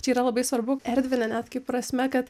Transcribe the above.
čia yra labai svarbu erdvine net kaip prasme kad